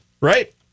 right